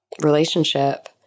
relationship